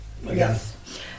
yes